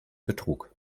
betrug